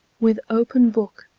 with open book,